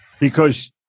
because-